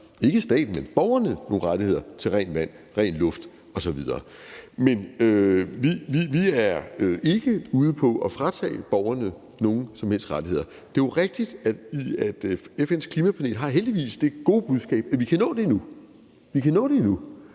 ikke staten, men borgerne, til rent vand, ren luft osv. Vi er ikke ude på at fratage borgerne nogen som helst rettigheder. Det er jo rigtigt, at FN's Klimapanel heldigvis har det gode budskab, at vi kan nå det endnu – vi kan nå det endnu.